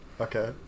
Okay